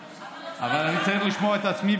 אבל אני צריך לשמוע את עצמי,